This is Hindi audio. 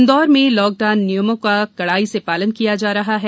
इन्दौर में लाकडाउन नियमों का कड़ाई से पालन किया जा रहा है